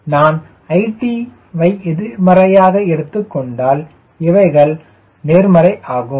நான் it வை எதிர்மறையாக எடுத்துக் கொண்டால் இவைகள் நேர்மறை ஆகும்